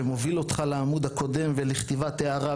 שמוביל אותך לעמוד הקודם ולכתיבת הערה,